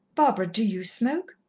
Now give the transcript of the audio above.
barbara, do you smoke?